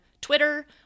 Twitter